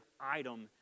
item